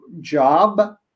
job